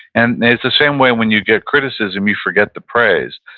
and it's the same way when you get criticism. you forget the praise.